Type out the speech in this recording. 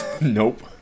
nope